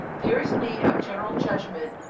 there is need of a general judgment,